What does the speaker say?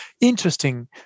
interesting